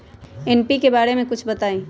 NPK बारे म कुछ बताई?